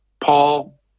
Paul